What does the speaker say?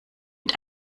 mit